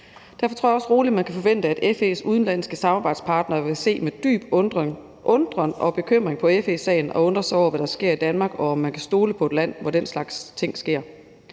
Derfor tror jeg også roligt, man kan forvente, at FE's udenlandske samarbejdspartnere vil se med dyb undren og bekymring på FE-sagen og undre sig over, hvad der sker i Danmark, og om man kan stole på et land, hvor den slags ting sker.